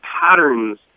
patterns